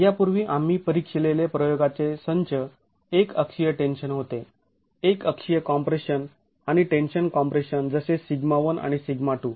यापूर्वी आम्ही परीक्षीलेले प्रयोगांचे संच एक अक्षीय टेन्शन होते एक अक्षीय कॉम्प्रेशन आणि टेन्शन कॉम्प्रेशन जसे σ1 आणि σ2